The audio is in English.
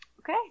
Okay